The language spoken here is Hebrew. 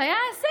זה היה הישג.